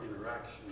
interaction